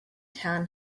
town